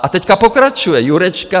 A teď pokračuje Jurečka.